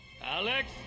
Alex